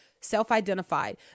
self-identified